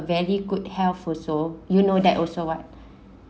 very good health also you know that also what